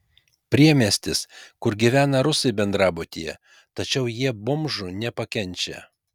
priemiestis kur gyvena rusai bendrabutyje tačiau jie bomžų nepakenčia